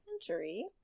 century